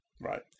right